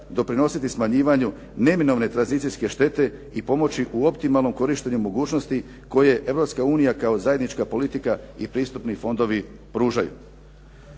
doprinositi smanjivanju neminovne tranzicijske štete i pomoći u optimalnom korištenju mogućnosti koje Europska unija kao zajednička politika i pristupni fondovi pružaju.